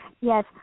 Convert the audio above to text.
Yes